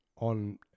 on